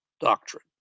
doctrine